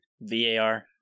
VAR